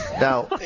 Now